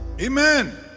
amen